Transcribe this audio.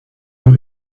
you